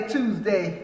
Tuesday